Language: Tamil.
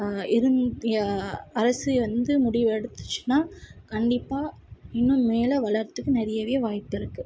எதுவும் அரசியல் வந்து முடிவு எடுத்துச்சுன்னா கண்டிப்பாக இன்னும் மேலே வளர்றத்துக்கு நிறையவே வாய்ப்பு இருக்கு